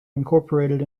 incorporated